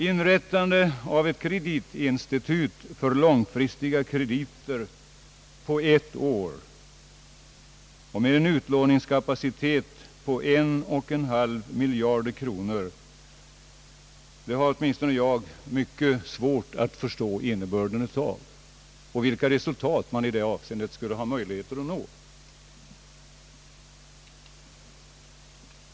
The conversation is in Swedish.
Inrättande av ett kreditinstitut för långfristiga krediter på ett år, och med en utlåningskapacitet på 1,5 miljard kronor har åtminstone jag mycket svårt att förstå innebörden av. Vilka resultat skulle man i det avseendet ha möjligheter att nå?